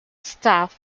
staff